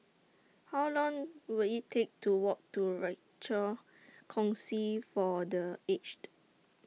How Long Will IT Take to Walk to Rochor Kongsi For The Aged